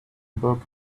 book